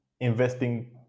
investing